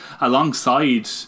alongside